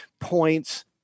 points